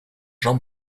jean